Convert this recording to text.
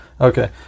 Okay